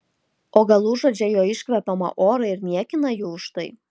o gal uodžia jo iškvepiamą orą ir niekina jį už tai